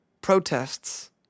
protests